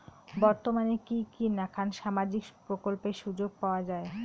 বর্তমানে কি কি নাখান সামাজিক প্রকল্পের সুযোগ পাওয়া যায়?